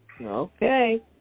Okay